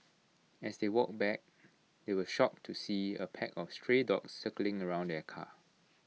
as they walked back they were shocked to see A pack of stray dogs circling around their car